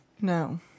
No